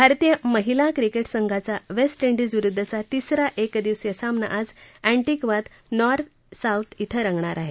भारतीय महिला क्रिकेट संघाचा वेस्ट डिज विरुद्धचा तिसरा एकदिवसीय सामना आज एंटिग्वात नॉर्थ साऊंड ॐ होणार आहे